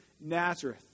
Nazareth